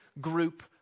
group